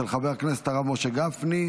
של חבר הכנסת הרב משה גפני.